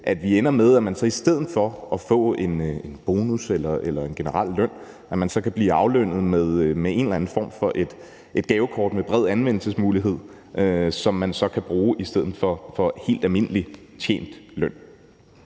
at vi ender med, at man i stedet for at få en bonus eller en generel løn, kan blive aflønnet med en eller anden form for et gavekort med bred anvendelsesmulighed, som man så kan bruge i stedet for en helt almindelig optjent løn.